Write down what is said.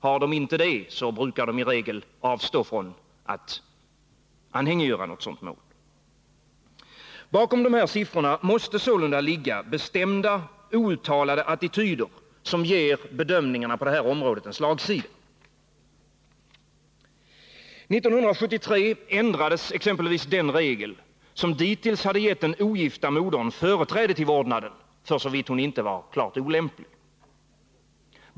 Har de inte det brukar de i regel avstå från att anhängiggöra något sådant mål. Bakom dessa siffror måste sålunda ligga bestämda, outtalade attityder, som ger bedömningarna på det här området en slagsida. 1973 ändrades exempelvis den regel som dittills hade gett den ogifta modern företräde till vårdnaden, försåvitt hon inte var klart olämplig.